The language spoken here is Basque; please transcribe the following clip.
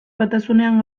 batasunean